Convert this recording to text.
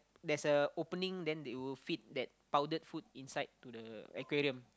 there's a opening then they will feed that powdered food inside to the aquarium